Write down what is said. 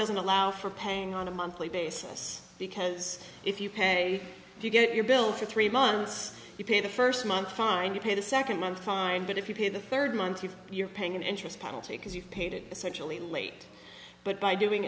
doesn't allow for paying on a monthly basis because if you pay if you get your bill for three months you pay the first month fine you pay the second month fine but if you pay the third month you're paying an interest penalty because you've painted essentially late but by doing